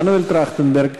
מנואל טרכטנברג,